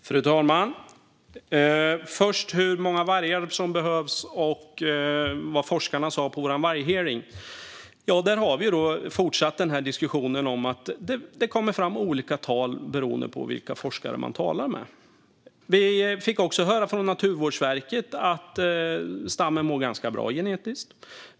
Fru talman! När det gäller hur många vargar som behövs och vad forskarna sa på vår varghearing har vi diskussionen om att det kommer fram olika tal beroende på vilka forskare man talar med. Vi fick också höra från Naturvårdsverket att stammen mår ganska bra genetiskt sett.